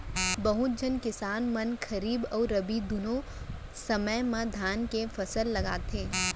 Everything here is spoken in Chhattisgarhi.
बहुत झन किसान मन खरीफ अउ रबी दुनों समे म धान के फसल लगाथें